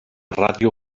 ràdio